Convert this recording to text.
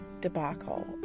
debacle